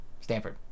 Stanford